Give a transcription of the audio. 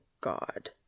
God